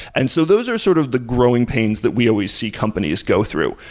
and so those are sort of the growing pains that we always see companies go through,